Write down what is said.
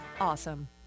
awesome